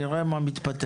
נראה מה מתפתח.